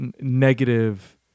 negative